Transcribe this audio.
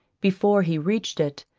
before he reached it,